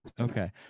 Okay